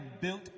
built